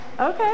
okay